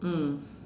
mm